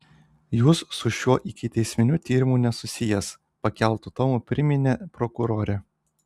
jūs su šiuo ikiteisminiu tyrimu nesusijęs pakeltu tonu priminė prokurorė